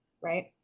right